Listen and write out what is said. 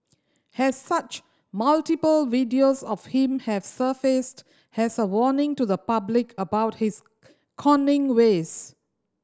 has such multiple videos of him have surfaced has a warning to the public about his conning ways